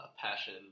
passion